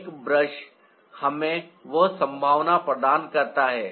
एक ब्रश हमें वह संभावना प्रदान करता है